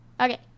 Okay